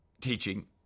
teaching